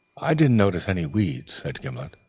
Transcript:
i didn't notice any weeds, said gimblet.